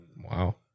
wow